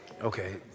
Okay